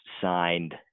signed